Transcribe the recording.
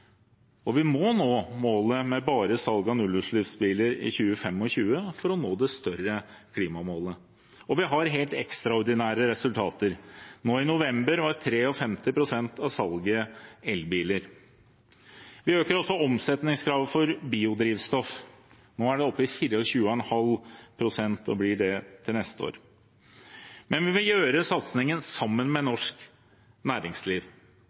Vi må nå målet om bare salg av nullutslippsbiler i 2025 for å nå det større klimamålet. Vi har helt ekstraordinære resultater. Nå i november var 53 pst. av salget elbiler. Vi øker også omsetningskravet for biodrivstoff. Nå er det oppe i 24,5 pst., og det blir det til neste år. Men vi må gjøre satsingen sammen med norsk næringsliv.